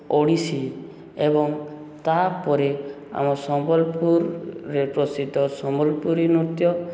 ଓଡ଼ିଶୀ ଏବଂ ତା'ପରେ ଆମ ସମ୍ବଲପୁରରେ ପ୍ରସିଦ୍ଧ ସମ୍ବଲପୁରୀ ନୃତ୍ୟ